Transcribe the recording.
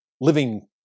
living